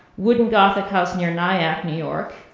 wooden gothic house near nyack, new york,